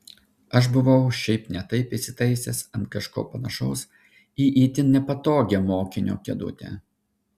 aš buvau šiaip ne taip įsitaisęs ant kažko panašaus į itin nepatogią mokinio kėdutę